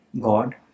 God